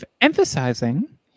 Emphasizing